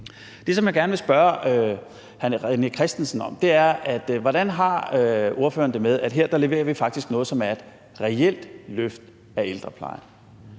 Det, som jeg gerne vil spørge hr. René Christensen om, er: Hvordan har ordføreren det med, at her leverer vi faktisk noget, som er et reelt løft af ældreplejen?